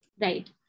Right